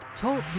Talk